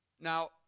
Now